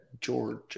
Georgia